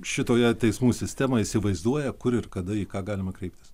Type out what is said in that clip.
šitoje teismų sistemoj įsivaizduoja kur ir kada į ką galima kreiptis